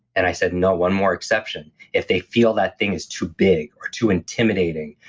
and i said, no, one more exception, if they feel that thing is too big or too intimidating,